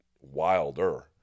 wilder